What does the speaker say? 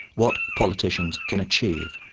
what politicians can achieve.